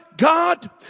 God